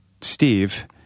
Steve